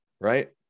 right